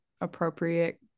appropriate